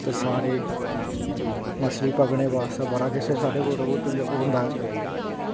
ते सारे मच्छली पकड़ने आस्तै बड़ा किश साढ़े कोल ओह् होंदा ऐ